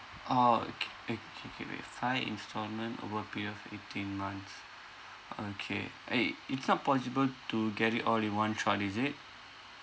orh okay uh K K wait five installment over a period of eighteen months okay uh it's not possible to get it all in one shot is it